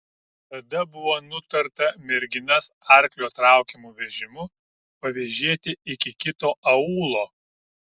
tada buvo nutarta merginas arklio traukiamu vežimu pavėžėti iki kito aūlo